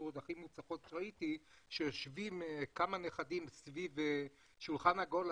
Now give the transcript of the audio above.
הקריקטורות הכי מוצלחות שראיתי היא שיושבים כמה נכדים סביב שולחן עגול,